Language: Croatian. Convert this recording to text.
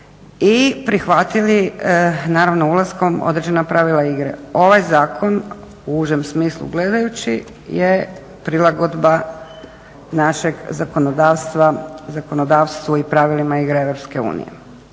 i prihvatili naravno ulaskom određena pravila igre. Ovaj zakon u užem smislu gledajući je prilagodba našeg zakonodavstva zakonodavstvu i pravilima igre EU. I u